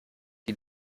die